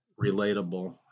relatable